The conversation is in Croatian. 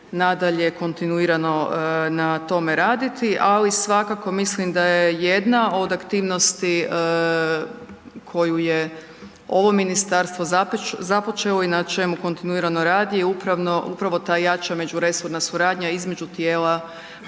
nadalje kontinuirano na tome raditi, ali svakako mislim da je jedna od aktivnosti koju je ovo ministarstvo započelo i na čemu kontinuirano radi je upravo ta jača međuresorna suradnja između tijela